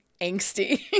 angsty